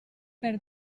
per